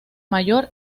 mayor